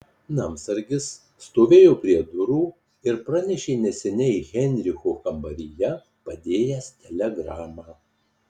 namsargis stovėjo prie durų ir pranešė neseniai heinricho kambaryje padėjęs telegramą